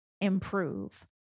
improve